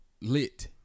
lit